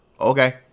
okay